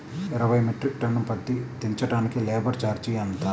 ఇరవై metric tonne పత్తి దించటానికి లేబర్ ఛార్జీ ఎంత?